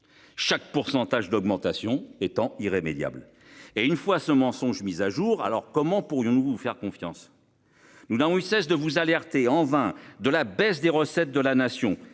Chaque pourcentage d'augmentation étant irrémédiable et une fois ce mensonge. Mise à jour. Alors comment pourrions-nous faire confiance. Nous n'avons eu cesse de vous alerter, en vain, de la baisse des recettes de la nation